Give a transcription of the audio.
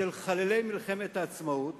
של חללי מלחמת העצמאות